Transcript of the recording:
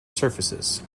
surfaces